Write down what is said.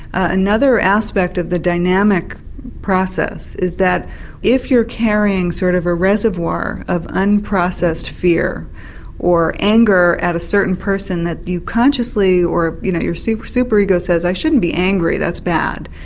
another aspect of the dynamic process is that if you're carrying sort of a reservoir of unprocessed fear or anger at a certain person that you consciously, or you know your super super ego says you shouldn't be angry, that's bad,